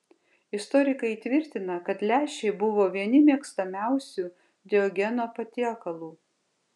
istorikai tvirtina kad lęšiai buvo vieni mėgstamiausių diogeno patiekalų